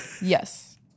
Yes